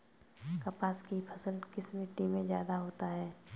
कपास की फसल किस मिट्टी में ज्यादा होता है?